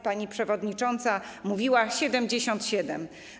Pani przewodnicząca mówiła - 77.